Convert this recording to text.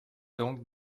donc